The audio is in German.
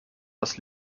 das